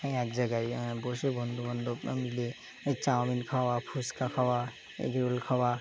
এক জায়গায় বসে বন্ধু বান্ধব মিলে চাউমিন খাওয়া ফুচকা খাওয়া এগরোল খাওয়া